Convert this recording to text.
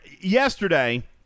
yesterday